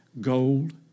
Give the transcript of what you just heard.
gold